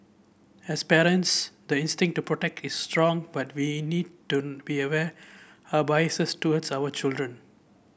as parents the instinct to protect is strong but we need to be aware our biases towards our children